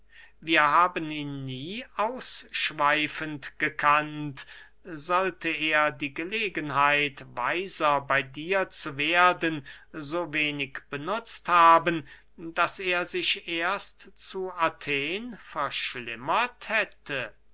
wir haben ihn nie ausschweifend gekannt sollte er die gelegenheit weiser bey dir zu werden so wenig benutzt haben daß er sich erst zu athen verschlimmert hätte